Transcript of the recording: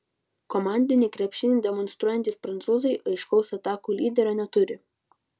komandinį krepšinį demonstruojantys prancūzai aiškaus atakų lyderio neturi